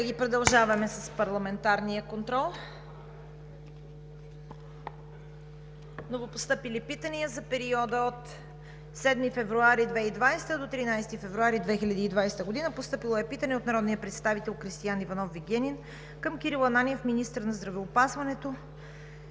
Колеги, продължаваме с: ПАРЛАМЕНТАРЕН КОНТРОЛ. Новопостъпили питания за периода от 7 февруари до 13 февруари 2020 г.: Постъпило е питане от народния представител Кристиан Иванов Вигенин към Кирил Ананиев – министър на здравеопазването,